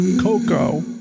Coco